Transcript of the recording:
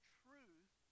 truth